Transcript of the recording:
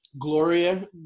Gloria